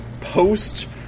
post